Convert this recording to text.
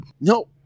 No